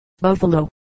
buffalo